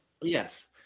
Yes